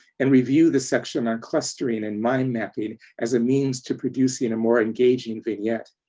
and review the section on clustering and mind-mapping as a means to producing a more engaging vignette.